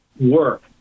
work